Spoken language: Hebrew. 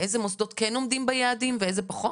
איזה מוסדות כן עומדים ביעדים ואיזה פחות?